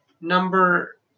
number